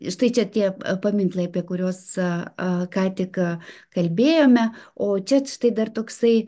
štai čia tie paminklai apie kurios a ką tik kalbėjome o čia štai dar toksai